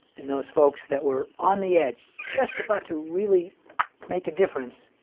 and those folks that were on the edge, just about to really make a difference,